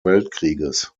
weltkrieges